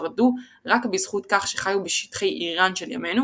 שרדו רק בזכות כך שחיו בשטחי איראן של ימינו,